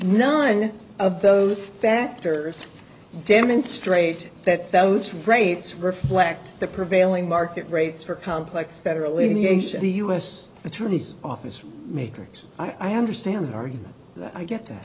none of those factors demonstrate that those rates reflect the prevailing market rates for complex federal aviation the us attorney's office matrix i understand the argument that i get t